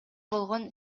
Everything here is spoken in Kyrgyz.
болгон